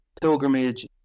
pilgrimage